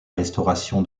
restauration